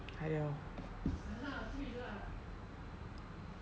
like that orh